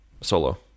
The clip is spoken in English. solo